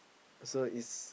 so it's